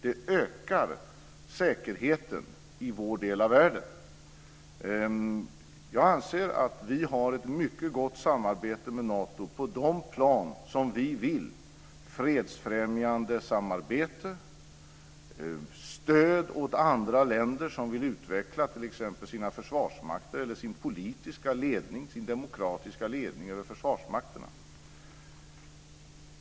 Det ökar säkerheten i vår del av världen. Jag anser att vi har ett mycket gott samarbete med Nato på de plan som vi vill, nämligen fredsfrämjande samarbete och stöd åt andra länder som vill utveckla t.ex. sin försvarsmakt, sin politiska ledning eller sin demokratiska ledning över försvarsmakten.